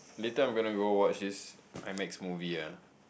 later I'm gonna go watch this Imax movie ah